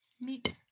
Meat